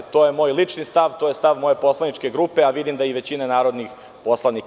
To je moj lični stav i to je stav moje poslaničke grupe, a vidim da je i većine narodnih poslanika.